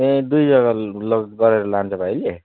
ए दुई जग्गा ल लोड गरेर लान्छ भाइले